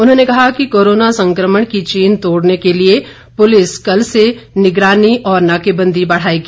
उन्होंने कहा कि कोरोना संक्रमण की चेन तोड़ने के लिए पुलिस कल से निगरानी और नाकेबंदी बढ़ाएगी